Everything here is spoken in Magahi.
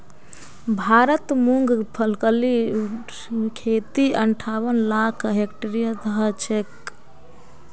भारतत मूंगफलीर खेती अंठावन लाख हेक्टेयरत ह छेक